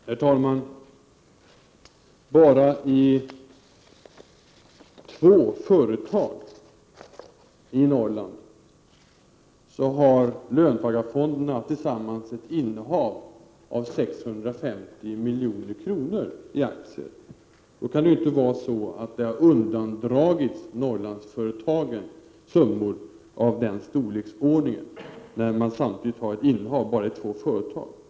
Herr talman! I enbart två företag i Norrland har löntagarfonderna tillsammans ett innehav av 650 milj.kr. i aktier. Alltså kan det inte vara så att Norrlandsföretagen har undandragits summor av den storleksordningen, när man samtidigt enbart i två företag har ett innehav på 650 milj.kr.